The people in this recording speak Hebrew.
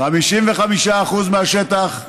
55% מהשטח,